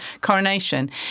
coronation